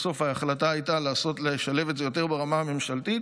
בסוף ההחלטה הייתה לשלב את זה יותר ברמה הממשלתית.